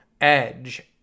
Edge